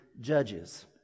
Judges